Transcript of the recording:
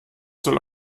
soll